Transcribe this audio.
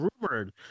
rumored